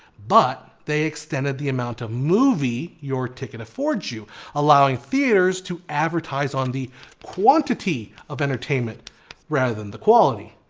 but they extended the amount of movie your ticket affords you allowed the theater to advertise on the quantity of entertainment rather than the quality.